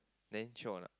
then chio or not